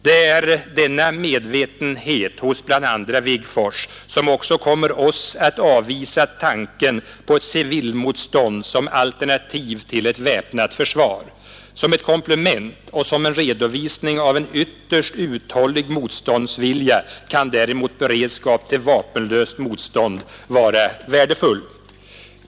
Det är denna medvetenhet hos bl.a. Wigforss som också kommer oss att avvisa tanken på ett civilmotstånd som alternativ till ett väpnat försvar. Som ett komplement och som en redovisning av en ytterst uthållig motståndsvilja kan däremot beredskap till vapenlöst motstånd vara värdefull.